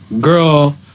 Girl